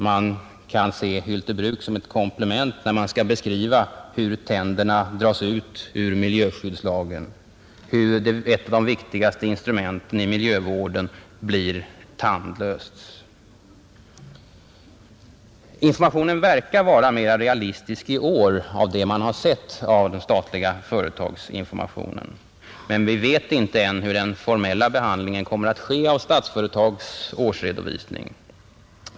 Hylte Bruk kan ses som ett komplement när man skall beskriva hur tänderna dras ut ur miljöskyddslagen och hur ett av de viktigaste instrumenten i miljövården blir tandlöst. Informationen om de statliga företagen verkar att vara mera realistisk i år att döma av det vi hittills har sett. Men vi vet inte än hur den formella behandlingen kommer att ske av Statsföretags årsredovisning.